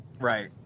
Right